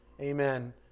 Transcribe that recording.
Amen